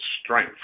strength